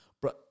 bro